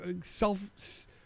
self